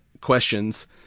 questions